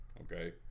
okay